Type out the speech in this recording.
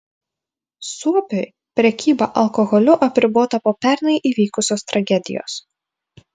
suopiui prekyba alkoholiu apribota po pernai įvykusios tragedijos